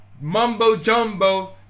mumbo-jumbo